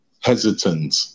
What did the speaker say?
hesitant